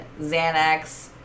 Xanax